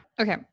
Okay